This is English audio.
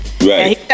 right